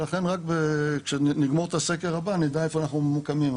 ולכן רק כשנגמור את הסקר הבא נדע איפה אנחנו ממוקמים.